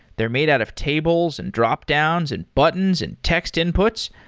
they're made out of tables, and dropdowns, and buttons, and text inputs.